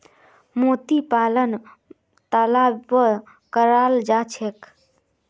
मोती पालन तालाबतो कराल जा छेक